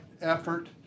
effort